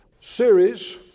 series